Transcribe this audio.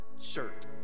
shirt